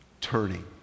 turning